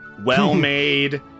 well-made